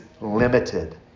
limited